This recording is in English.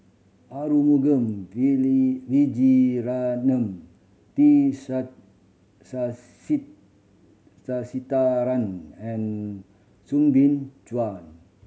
Arumugam Vijiaratnam T Sasitharan and Soo Bin Chua